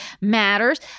matters